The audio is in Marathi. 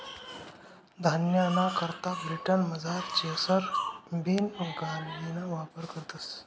धान्यना करता ब्रिटनमझार चेसर बीन गाडिना वापर करतस